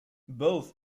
both